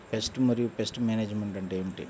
Pest మరియు pest management అంటే ఏమిటి?